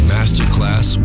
Masterclass